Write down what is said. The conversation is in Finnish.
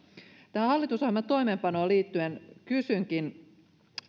tähän hallitusohjelman toimeenpanoon liittyen kysynkin